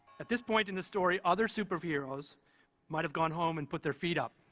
at this point in the story, other superheroes might have gone home and put their feet up.